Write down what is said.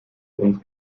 uns